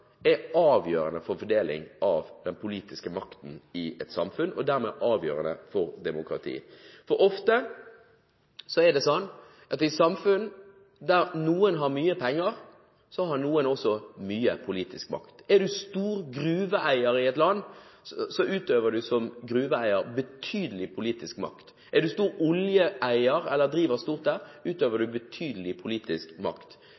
er avgjørende for fordeling av den politiske makten i et samfunn og dermed avgjørende for demokratiet. Ofte er det sånn i et samfunn at der noen har mye penger, har også noen mye politisk makt. Er du en stor gruveeier i et land, utøver du som gruveeier betydelig politisk makt. Er du en stor oljeeier eller driver stort der, utøver du betydelig politisk makt.